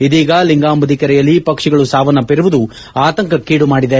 ಇದೀಗ ಲಿಂಗಾಬುದಿ ಕೆರೆಯಲ್ಲಿ ಪಕ್ಷಿಗಳು ಸಾವನ್ನಪ್ಪಿರುವುದು ಆತಂಕಕ್ಕೀಡು ಮಾಡಿದೆ